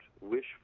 wish